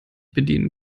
bedienen